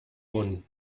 und